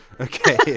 Okay